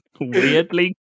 Weirdly